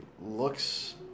looks